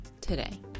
today